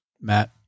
Matt